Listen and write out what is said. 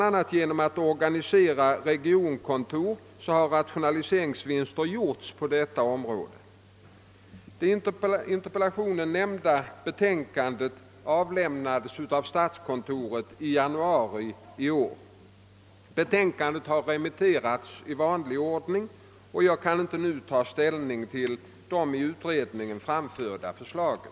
a. genom att organisera regionkontor har man gjort rationaliseringsvinster på detta område. Det i interpellationen nämnda betänkandet avlämnades av statskontoret i januari i år. Betänkandet har remitterats i vanlig ordning. Jag kan inte nu ta ställning till de i utredningen framförda förslagen.